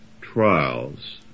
trials